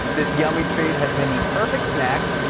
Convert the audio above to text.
this yummy treat has been the perfect snack.